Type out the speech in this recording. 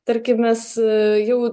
tarkim mes jau